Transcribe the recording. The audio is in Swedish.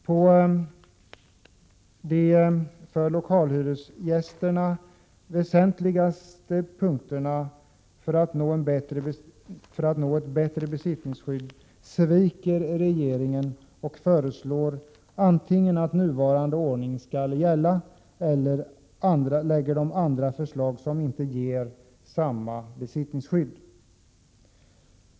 På de för lokalhyresgästerna väsentligaste punkterna för att nå ett bättre besittningsskydd antingen sviker regeringen och föreslår att nuvarande ordning skall gälla eller lägger andra förslag som inte ger samma besittningsskydd.